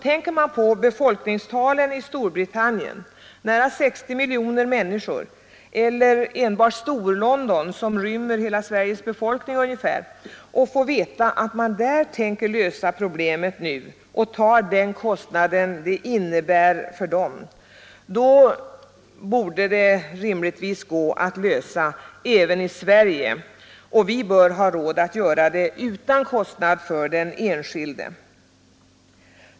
Tänker man på befolk ningstalen i Storbritannien — nära 60 miljoner — eller i enbart Nr 68 Storlondon, som rymmer hela Sveriges befolkning, och får veta att man Torsdagen den där tänker lösa problemet och ta den kostnad det innebär, borde det 12 april 1973 rimligtvis gå att lösa den frågan även i Sverige. Vi bör ha råd att göra det utan kostnad för den enskilde.